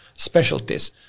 specialties